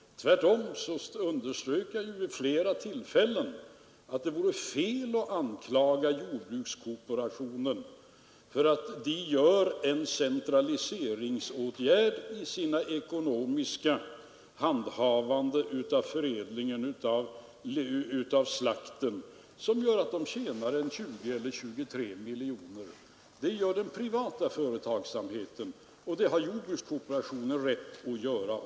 Jag underströk tvärtom vid flera tillfällen att det vore fel att anklaga jordbrukskooperationen för att den centraliserar sin förädling av slakten, något som leder till att man tjänar 20 å 23 miljoner. Så gör den privata föratagsamheten, och det har även jordbrukskooperationen rätt att göra.